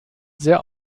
sehr